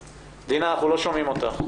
דינה, אנחנו לא שומעים אותך.